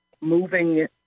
moving